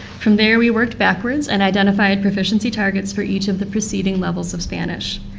from there we worked backwards and identified proficiency targets for each of the preceding levels of spanish.